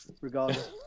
regardless